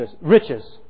riches